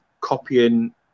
copying